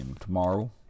tomorrow